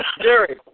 Jerry